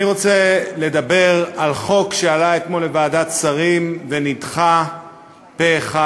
אני רוצה לדבר על חוק שעלה אתמול בוועדת השרים ונדחה פה-אחד,